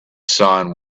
sun